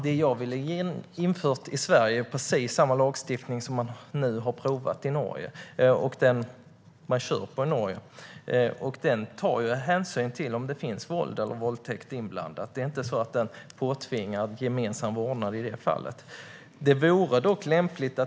Det jag vill ha infört i Sverige är precis samma lagstiftning som man nu provar i Norge, och den tar hänsyn till om det finns våld eller våldtäkt inblandat. Det är inte en påtvingad gemensam vårdnad i det fallet.